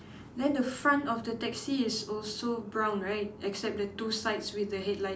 then the front of the taxi is also brown right except the two sides with the headlights